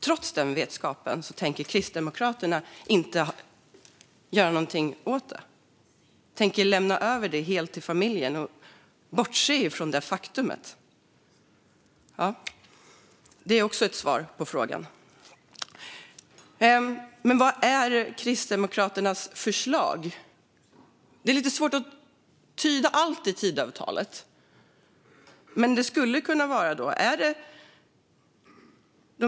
Trots den vetskapen tänker Kristdemokraterna inte göra något åt detta, utan man tänker lämna över det helt till familjen och bortse från detta faktum. Det är också ett svar på frågan. Men vad är Kristdemokraternas förslag? Det är lite svårt att tyda allt i Tidöavtalet.